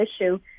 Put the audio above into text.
issue